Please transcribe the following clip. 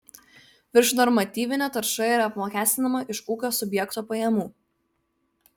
viršnormatyvinė tarša yra apmokestinama iš ūkio subjekto pajamų